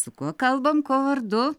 su kuo kalbam kuo vardu